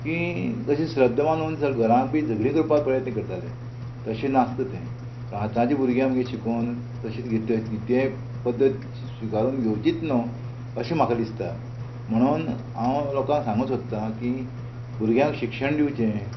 की तशी श्रद्धा मानून सगळे घरान बी झगडी करपाक प्रयत्न करताले तशें नासता तें पूण आतांचे भुरगीं आमगे शिकोन तशीच तें पद्दत स्विकारून घेवचीत न्हू अशें म्हाका दिसता म्हणून हांव लोकांक सांगूंक सोदतां की भुरग्यांक शिक्षण दिवचें